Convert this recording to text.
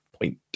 point